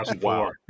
wow